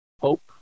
Hope